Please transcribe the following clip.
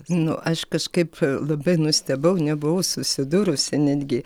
nu aš kažkaip labai nustebau nebuvau susidūrusi netgi